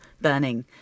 burning